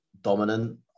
dominant